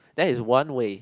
that is one way